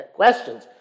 questions